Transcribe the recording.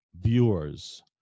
viewers